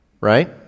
right